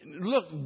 Look